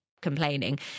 complaining